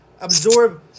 absorb